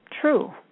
true